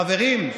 חברים,